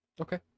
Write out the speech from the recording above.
Okay